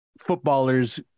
footballers